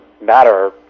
matter